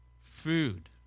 food